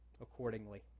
accordingly